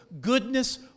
goodness